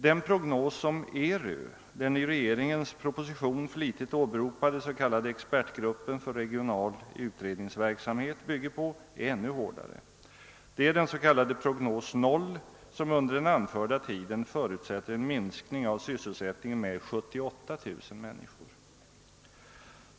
Den prognos som ERU — den i regeringens proposition flitigt åberopade s.k. expertgruppen för regional utredningsverksamhet -— bygger på är ännu hårdare. Det är den s.k. prognos 0, som under den anförda tiden förutsätter en minskning av sysselsättningen med 78 000.